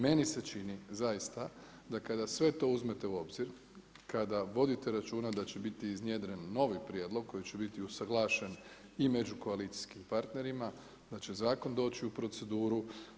Meni se čini, zaista, da kada sve to uzmete u obzir, kada vodite računa da će biti iznjedren novi prijedlog koji će biti usuglašen i među koalicijskim partnerima, da će zakon doći u proceduru.